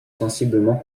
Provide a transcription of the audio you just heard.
sensiblement